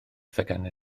theganau